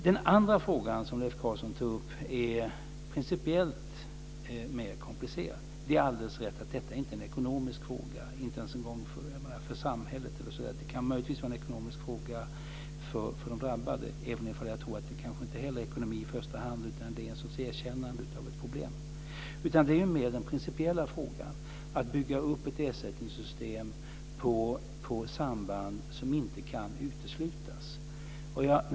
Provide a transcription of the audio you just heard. Den andra frågan, som Leif Carlson tog upp, är principiellt mer komplicerad. Det är alldeles rätt att detta inte är en ekonomisk fråga för samhället. Det kan möjligtvis vara en ekonomisk fråga för de drabbade, även ifall jag tror att det kanske inte handlar om ekonomi i första hand utan om en sorts erkännande av ett problem. Det här handlar mer om den principiella frågan om att bygga upp ett ersättningssystem som grundar sig på samband som inte kan uteslutas.